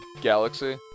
Galaxy